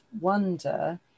wonder